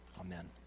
Amen